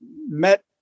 met